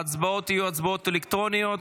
ההצבעות יהיו הצבעות אלקטרוניות.